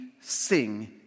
sing